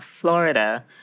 Florida